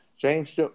James